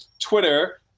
Twitter